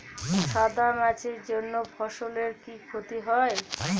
সাদা মাছির জন্য ফসলের কি ক্ষতি হয়?